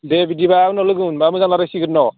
दे बिदिब्ला उनाव लोगो मोनब्ला मोजां रायज्लायसिगोन न'